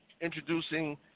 introducing